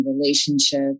relationship